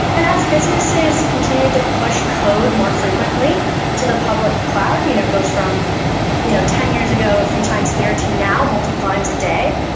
and as businesses continue to push code more frequently to the public cloud, it you know goes from you know ten years ago, a few times a year, to now multiple times a day.